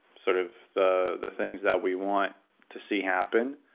sort of the the things that we want to see happen,